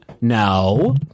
No